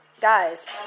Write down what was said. Guys